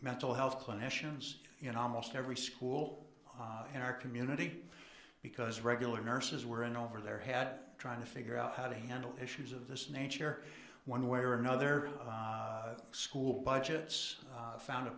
mental health clinicians in almost every school in our community because regular nurses were in over their head trying to figure out how to handle issues of this nature one way or another school budgets found a